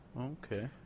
Okay